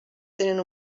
tenen